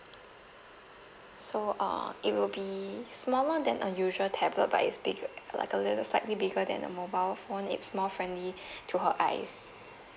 so uh it will be smaller than a usual tablet but it's bigger like a little slightly bigger than a mobile phone it's more friendly to her eyes